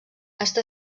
està